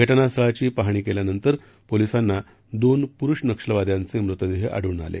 घटनास्थळाची पाहणी केल्यानंतर पोलिसांना दोन पुरुष नक्षलवाद्यांचे मृतदेह आढळून आले